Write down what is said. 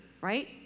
right